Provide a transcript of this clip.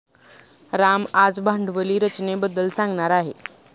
राम आज भांडवली रचनेबद्दल सांगणार आहे